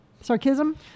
Sarcasm